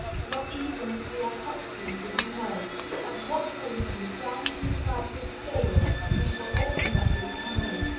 not even if we are huxley do we know, at what point in the grand, universal scale we shall ultimately come in.